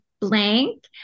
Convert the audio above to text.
blank